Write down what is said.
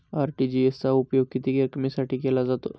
RTGS चा उपयोग किती रकमेसाठी केला जातो?